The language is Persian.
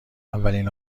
اولین